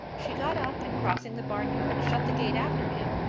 she got up and crossing the barnyard shut the gate after him,